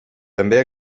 també